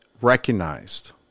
recognized